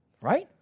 Right